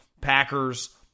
Packers